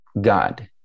God